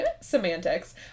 semantics